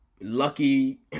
lucky